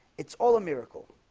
it's all a miracle